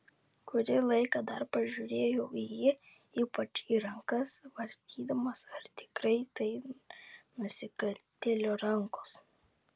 kurį laiką dar pažiūrėjau į jį ypač į rankas svarstydamas ar tikrai tai nusikaltėlio rankos